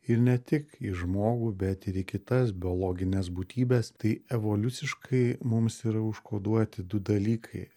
ir ne tik į žmogų bet ir į kitas biologines būtybes tai evoliuciškai mums yra užkoduoti du dalykai